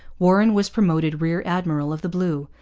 warren was promoted rear-admiral of the blue,